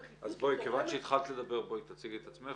כיוון שהתחלת לדבר, בואי תציגי את עצמך.